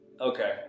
okay